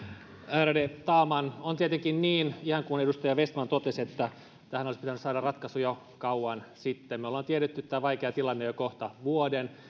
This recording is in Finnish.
ärade talman on tietenkin niin ihan kuin edustaja vestman totesi että tähän olisi pitänyt saada ratkaisu jo kauan sitten me olemme tienneet tämän vaikean tilanteen jo kohta vuoden